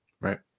Right